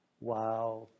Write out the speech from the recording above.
Wow